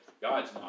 God's